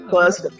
First